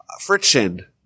friction